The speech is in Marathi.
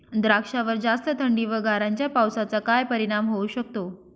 द्राक्षावर जास्त थंडी व गारांच्या पावसाचा काय परिणाम होऊ शकतो?